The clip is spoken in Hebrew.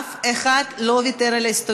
רבותי, אם כן, אף אחד לא ויתר על ההסתייגויות.